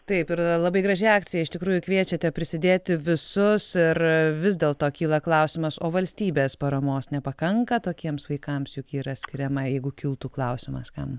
taip ir yra labai graži akcija iš tikrųjų kviečiate prisidėti visus ir vis dėl to kyla klausimas o valstybės paramos nepakanka tokiems vaikams juk ji yra skiriama jeigu kiltų klausimas kam